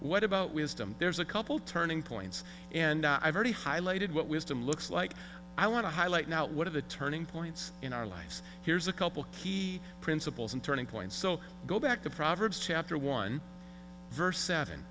what about wisdom there's a couple turning points and i've already highlighted what wisdom looks like i want to highlight now one of the turning points in our lives here's a couple key principles and turning points so go back to proverbs chapter one verse seven